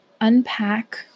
unpack